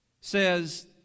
says